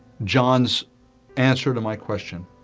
john's answer to my question